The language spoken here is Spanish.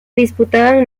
disputaban